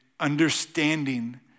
understanding